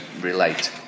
relate